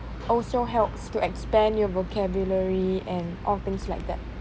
also helps to expand your vocabulary and all things like that